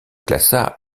classa